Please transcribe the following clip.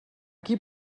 qui